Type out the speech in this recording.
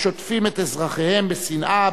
השוטפים את אזרחיהם בשנאה,